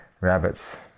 Rabbits